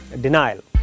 denial